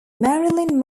marilyn